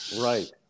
Right